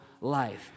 life